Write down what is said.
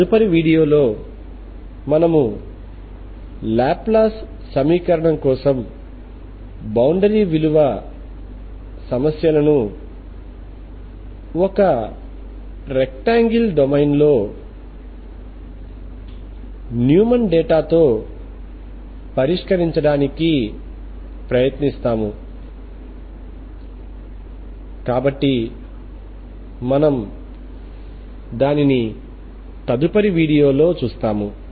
superposition చివరకు ఒక విడదీయ గలిగిన రూపంలో పరిష్కారాన్ని ఇస్తుంది ఇది మనం తదుపరి వీడియోలో చూస్తాము